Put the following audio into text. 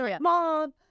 Mom